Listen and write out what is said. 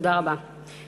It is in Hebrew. תודה רבה.